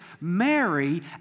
Mary